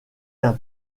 d’un